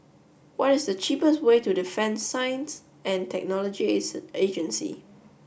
what is the cheapest way to Defence Science and Technology Agency